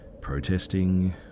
protesting